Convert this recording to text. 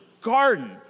garden